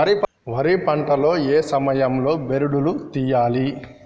వరి పంట లో ఏ సమయం లో బెరడు లు తియ్యాలి?